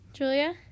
Julia